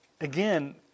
Again